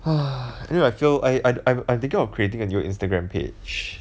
you know I feel I I I'm thinking of creating a new instagram page